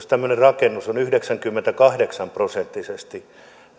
tämmöinen rakennus on yhdeksänkymmentäkahdeksan prosenttisesti